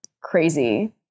crazy